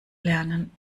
lernen